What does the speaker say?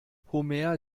homer